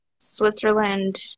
Switzerland